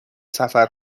سفر